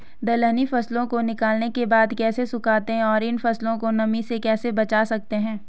दलहनी फसलों को निकालने के बाद कैसे सुखाते हैं और इन फसलों को नमी से कैसे बचा सकते हैं?